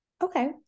Okay